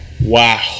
Wow